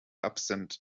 absent